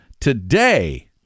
Today